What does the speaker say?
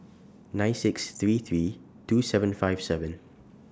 nine six three three two seven five seven